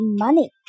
money 。